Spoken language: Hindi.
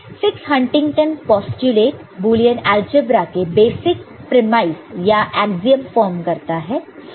6 हंटिंगटन पोस्टयूलेट बुलियन अलजेब्रा के बेसिक प्रिमाइस या एग्जीअम फॉर्म करता है